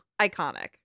iconic